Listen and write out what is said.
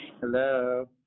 Hello